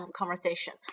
conversation